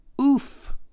Oof